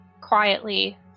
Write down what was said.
quietly